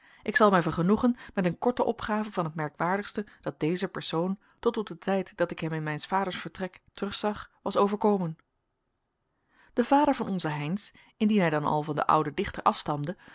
ik zal mij vergenoegen met een korte opgave van het merkwaardigste dat deze persoon tot op den tijd dat ik hem in mijns vaders vertrek terugzag was overkomen de vader van onzen heynsz indien hij dan al van den ouden dichter afstamde